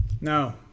No